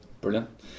Brilliant